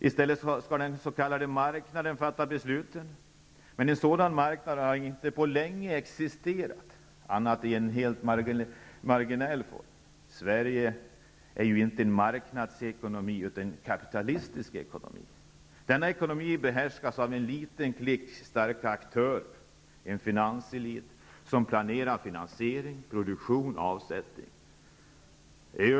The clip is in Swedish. I stället skall den s.k. marknaden fatta beslut. Men en sådan marknad har inte på länge existerat annat än i en helt marginell form. Sverige är ju inte en maknadsekonomi utan en kapitalistisk ekonomi. Denna ekonomi behärskas av en liten klick starka aktörer, en finanselit, som planerar finansiering, produktion och avsättning.